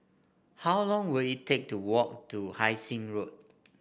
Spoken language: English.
how long will it take to walk to Hai Sing Road